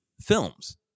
films